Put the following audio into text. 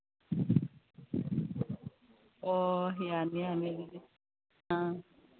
ꯑꯣ ꯌꯥꯅꯤ ꯌꯥꯅꯤ ꯑꯗꯨꯗꯤ ꯑꯥ